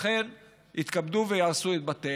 לכן יתכבדו ויהרסו את בתיהם.